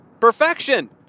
Perfection